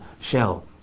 shell